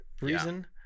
reason